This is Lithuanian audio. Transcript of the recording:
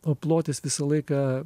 o plotis visą laiką